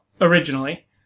originally